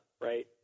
right